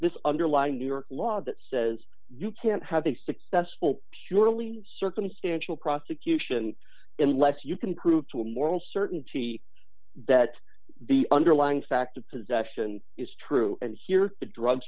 this underlying new york law that says you can't have a successful purely circumstantial prosecution in less you can prove to a moral certainty that the underlying fact of possession is true and here to drug